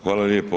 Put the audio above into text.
Hvala lijepo.